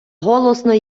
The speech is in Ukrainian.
голосно